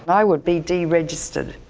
i would be deregistered.